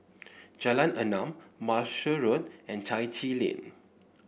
Jalan Enam Marshall Road and Chai Chee Lane